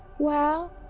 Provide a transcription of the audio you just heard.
well,